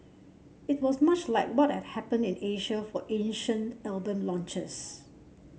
it was much like what had happened in Asia for Asian album launches